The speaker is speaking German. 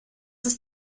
ist